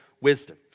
wisdom